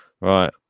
right